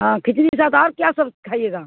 ہاں کھچڑی کے ساتھ اور کیا سب کھائیے گا